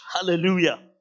Hallelujah